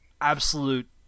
absolute